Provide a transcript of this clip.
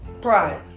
Pride